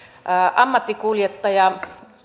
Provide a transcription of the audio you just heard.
ammattikuljettaja